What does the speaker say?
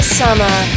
summer